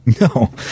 No